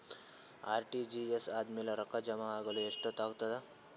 RTGS ಆದ್ಮೇಲೆ ರೊಕ್ಕ ಜಮಾ ಆಗಲು ಎಷ್ಟೊತ್ ಆಗತದ?